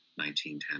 1910